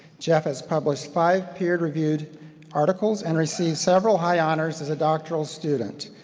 jeff has published five peer-reviewed articles and received several high honors as a doctoral student,